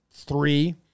Three